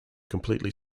completely